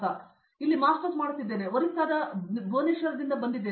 ನಾನು ಇಲ್ಲಿ ಮಾಸ್ಟರ್ಸ್ ಮಾಡುತ್ತಿದ್ದೇನೆ ಮತ್ತು ನಾನು ಒರಿಸ್ಸಾದ ನಿರ್ದಿಷ್ಟ ಭುವನೇಶ್ವರದಿಂದ ಬಂದಿದ್ದೇನೆ